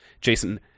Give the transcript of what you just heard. Jason